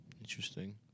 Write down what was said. Interesting